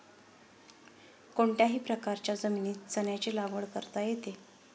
कोणत्याही प्रकारच्या जमिनीत चण्याची लागवड करता येते